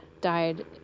died